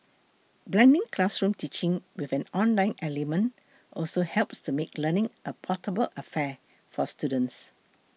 blending classroom teaching with an online element also helps to make learning a portable affair for students